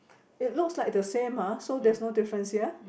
it looks like the same ah so there's no difference here